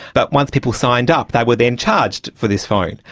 but once people signed up they were then charged for this phone.